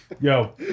Yo